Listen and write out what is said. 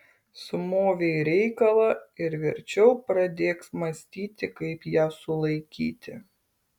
sumovei reikalą ir verčiau pradėk mąstyti kaip ją sulaikyti